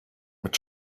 mit